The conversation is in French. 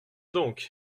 donc